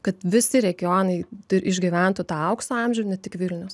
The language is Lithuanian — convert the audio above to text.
kad visi regionai tu išgyventų tą aukso amžių ne tik vilnius